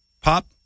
pop